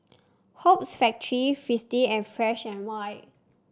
Hoops Factory Fristine and Fresh And White